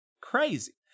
Crazy